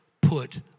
put